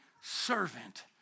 servant